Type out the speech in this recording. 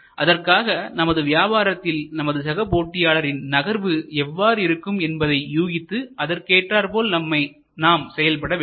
அதற்காக நமது வியாபாரத்தில் நமது சக போட்டியாளரின் நகர்வு எவ்வாறு இருக்கும் என்பதை யூகித்து அதற்கு ஏற்றார் போல் நாம் செயல்பட வேண்டும்